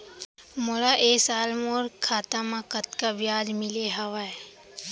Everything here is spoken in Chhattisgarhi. मोला ए साल मोर खाता म कतका ब्याज मिले हवये?